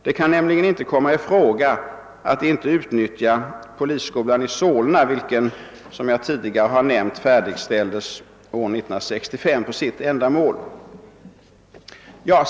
Det kan nämligen inte komma i fråga att inte utnyttja polisskolan i Solna, vilken, som jag tidigare har nämnt, färdigställdes år 1965 för sitt ändamål.